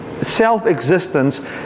self-existence